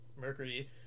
Mercury